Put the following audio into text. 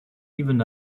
even